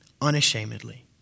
unashamedly